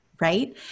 right